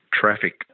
traffic